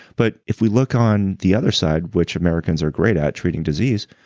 but, if we look on the other side which american's are great at, treating disease,